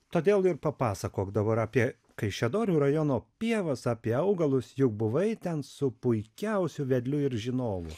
todėl ir papasakok dabar apie kaišiadorių rajono pievas apie augalus juk buvai ten su puikiausiu vedliu ir žinovu